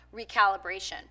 recalibration